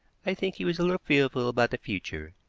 i think he was a little fearful about the future,